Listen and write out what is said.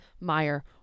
Meyer